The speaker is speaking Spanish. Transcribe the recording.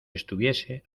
estuviese